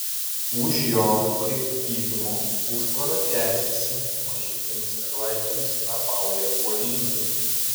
už jo kaip pylimo užtvara tęsėsi mažytėmis eglaitėmis apaugę uolynai